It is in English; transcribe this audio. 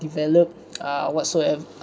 develop uh whatsoever